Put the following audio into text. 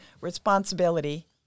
responsibility